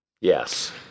Yes